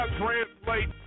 translate